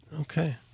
Okay